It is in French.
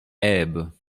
haybes